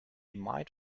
might